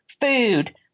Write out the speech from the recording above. food